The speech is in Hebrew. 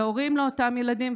להורים של אותם ילדים,